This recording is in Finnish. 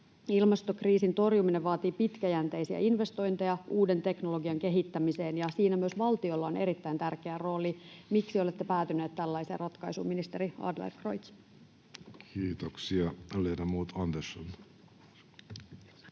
Ilmastokriisin torjuminen vaatii pitkäjänteisiä investointeja uuden teknologian kehittämiseen, ja siinä myös valtiolla on erittäin tärkeä rooli. Miksi olette päätyneet tällaiseen ratkaisuun, ministeri Adlercreutz? [Speech